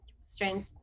Strange